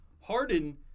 Harden